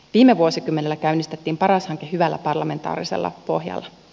viime vuosikymmenellä käynnistettiin paras hanke hyvällä parlamentaarisella pohjalla